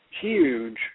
huge